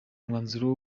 umwanzuro